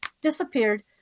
disappeared